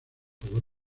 favor